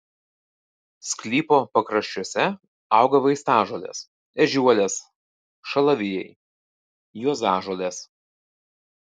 sklypo pakraščiuose auga vaistažolės ežiuolės šalavijai juozažolės